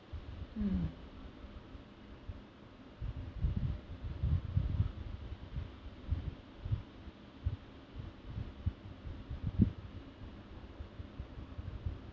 hmm